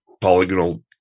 polygonal